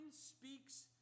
speaks